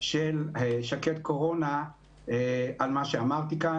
של שקד קורונה על מה שאמרתי כאן.